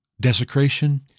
desecration